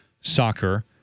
soccer